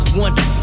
wonder